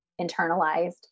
internalized